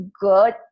good